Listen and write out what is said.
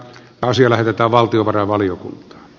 paasio lähdetä valtiovarainvalion